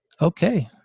Okay